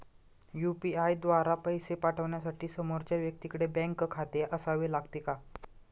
UPI द्वारा पैसे पाठवण्यासाठी समोरच्या व्यक्तीकडे बँक खाते असावे लागते का?